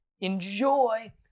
enjoy